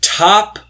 top